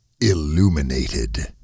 illuminated